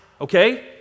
okay